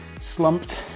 slumped